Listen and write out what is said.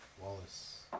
Wallace